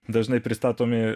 dažnai pristatomi